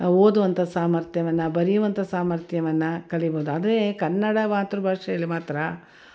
ಓದುವಂಥ ಸಾಮರ್ಥ್ಯವನ್ನು ಬರೆಯುವಂಥ ಸಾಮರ್ಥ್ಯವನ್ನ ಕಲಿಬೋದು ಆದರೆ ಕನ್ನಡ ಮಾತೃ ಭಾಷೆಲಿ ಮಾತ್ರ